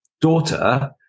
daughter